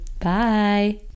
Bye